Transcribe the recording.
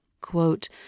quote